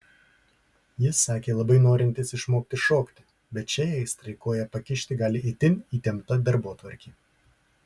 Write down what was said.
jis sakė labai norintis išmokti šokti bet šiai aistrai koją pakišti gali itin įtempta darbotvarkė